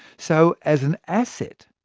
so, as an asset,